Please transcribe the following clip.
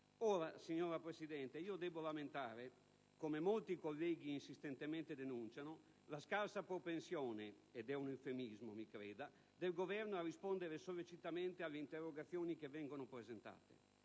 Ora, signora Presidente, io debbo lamentare, come molti colleghi insistentemente denunciano, la scarsa propensione del Governo, ed è un eufemismo, a rispondere sollecitamente alle interrogazioni che vengono presentate.